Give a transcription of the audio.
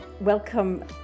Welcome